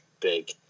big